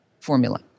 formula